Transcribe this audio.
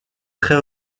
très